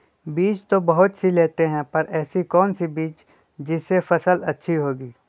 बीज तो बहुत सी लेते हैं पर ऐसी कौन सी बिज जिससे फसल अच्छी होगी?